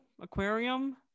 Aquarium